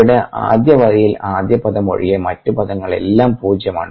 ഇവിടെ ആദ്യവരിയിൽ ആദ്യപദം ഒഴികെ മറ്റു പദങ്ങൾ എല്ലാം പൂജ്യമാണ്